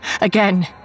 Again